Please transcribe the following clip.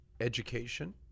education